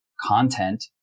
content